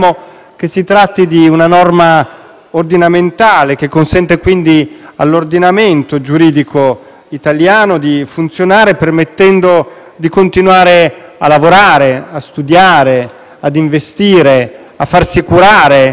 ordinamentale, che consente all'ordinamento giuridico italiano di funzionare, permettendo di continuare a lavorare, a studiare, a investire, a farsi curare, in sostanza ad operare,